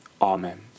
Amen